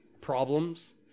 problems